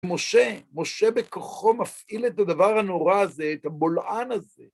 משה, משה בכוחו מפעיל את הדבר הנורא הזה, את הבולען הזה.